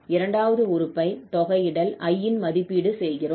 இரண்டாவது உறுப்பை தொகையிடல் I ன் மதிப்பீடு செய்கிறோம்